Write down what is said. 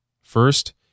First